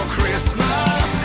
Christmas